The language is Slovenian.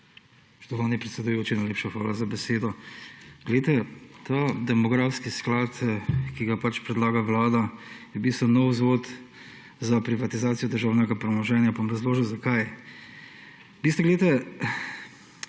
Spoštovani predsedujoči, najlepša hvala za besedo. Poglejte, ta demografski sklad, ki ga pač predlaga vlada je v bistvu nov vzvod za privatizacijo državnega premoženja. Pa bom razložil zakaj. Ta sklad dejansko,